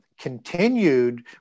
continued